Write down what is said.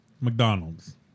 McDonald's